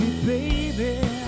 Baby